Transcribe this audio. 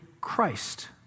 Christ